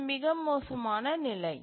இது மிக மோசமான நிலை